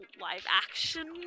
live-action